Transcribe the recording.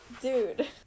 dude